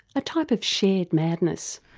a type of shared madness.